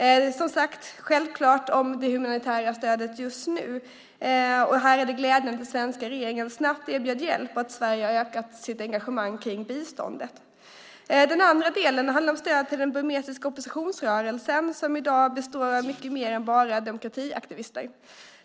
Självklart, som sagt, handlar det just nu om det humanitära stödet. Här är det glädjande att den svenska regeringen snabbt erbjöd hjälp och att Sverige har ökat sitt engagemang kring biståndet. Den andra delen handlar om stödet till den burmesiska oppositionsrörelsen som i dag består av mycket mer än bara demokratiaktivister.